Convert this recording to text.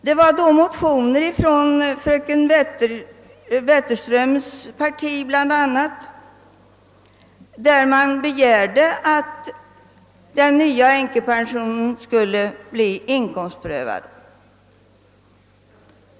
Det väcktes då motioner, bl.a. från fröken Wetterströms parti, där man begärde att den nya änkepensionen skulle bli inkomstprövad.